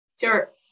Sure